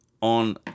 on